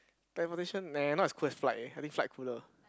the foundation nay now is cooler is flight eh I think flight cooler